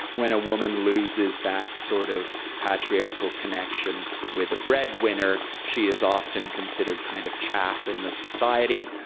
when a women loses that sort of patriarchal connection with a breadwinner, she is often considered kind of chaff in the society.